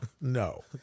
No